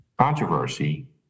controversy